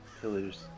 pillars